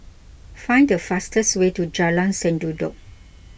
find the fastest way to Jalan Sendudok